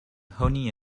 honey